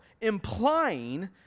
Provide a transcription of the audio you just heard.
implying